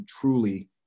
truly